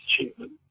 achievement